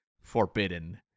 Forbidden